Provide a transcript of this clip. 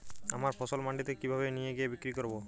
আমার ফসল মান্ডিতে কিভাবে নিয়ে গিয়ে বিক্রি করব?